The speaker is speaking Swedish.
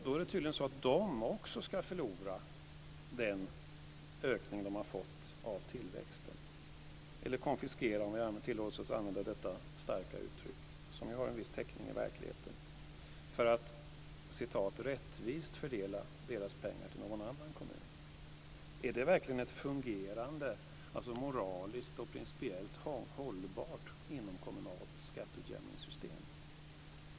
Det är tydligen så att den kommunen ska förlora den ökning den har fått av tillväxten - vi kan säga att ökningen konfiskeras, om vi tillåter oss att använda detta starka uttryck som har en viss täckning i verkligheten - för att pengarna rättvist ska fördelas till någon annan kommun. Är det verkligen ett fungerande moraliskt och principiellt hållbart inomkommunalt skatteutjämningssystem?